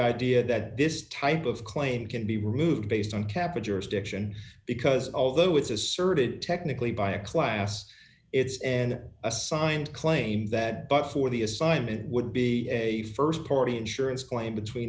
idea that this type of claim can be removed based on capitalist diction because although it's asserted technically by a class it's an assigned claim that but for the assignment would be a st party insurance claim between